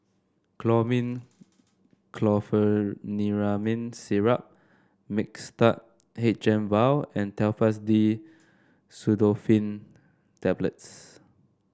Chlormine Chlorpheniramine Syrup Mixtard H M vial and Telfast D Pseudoephrine Tablets